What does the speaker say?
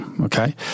okay